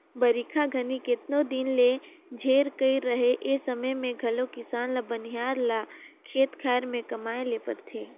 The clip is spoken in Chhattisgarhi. बरिखा घनी केतनो दिन ले झेर कइर रहें ए समे मे घलो किसान ल बनिहार ल खेत खाएर मे कमाए ले परथे